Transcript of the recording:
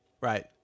right